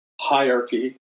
hierarchy